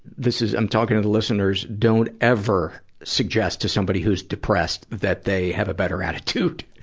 this is i'm talking to to listeners, don't ever suggest to somebody who's depressed that they have a better attitude.